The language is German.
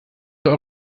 zur